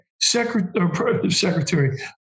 secretary